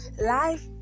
life